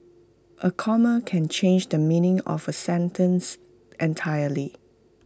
A comma can change the meaning of A sentence entirely